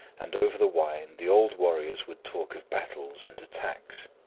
and over the wine the old warriors would talk of battles and attacks,